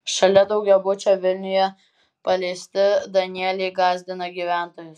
šalia daugiabučio vilniuje paleisti danieliai gąsdina gyventojus